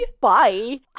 bye